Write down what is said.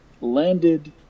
landed